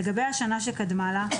לגבי השנה שקדמה לה,